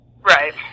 Right